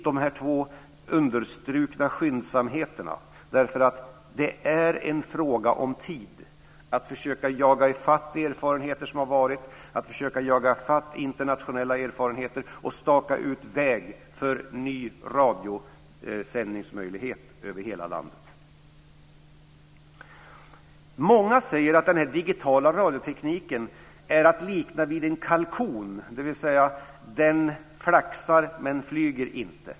De här två understrukna skyndsamheterna är viktiga, därför att det är en fråga om tid där det gäller att försöka jaga i fatt erfarenheter som har gjorts, att försöka jaga i fatt internationella erfarenheter och staka ut väg för en ny radiosändningsmöjlighet över hela landet. Många säger att den digitala radiotekniken är att likna vid en kalkon, dvs. den flaxar men flyger inte.